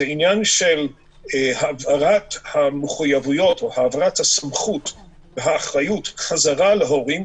זה עניין של הבהרת המחויבויות או העברת הסמכות והאחריות חזרה להורים,